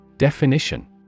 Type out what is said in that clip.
Definition